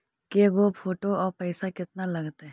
के गो फोटो औ पैसा केतना लगतै?